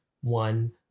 one